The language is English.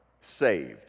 saved